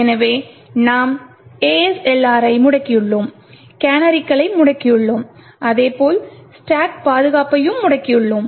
எனவே நாம் ASLR ஐ முடக்கியுள்ளோம் கேனரிகளை முடக்கியுள்ளோம் அதே போல் ஸ்டாக் பாதுகாப்பையும் முடக்கியுள்ளோம்